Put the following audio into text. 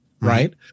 right